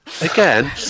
again